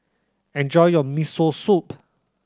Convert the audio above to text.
enjoy your Miso Soup